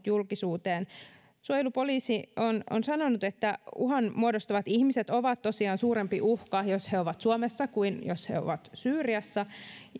julkisuuteen suojelupoliisi on on sanonut että uhan muodostavat ihmiset ovat tosiaan suurempi uhka jos he ovat suomessa kuin jos he ovat syyriassa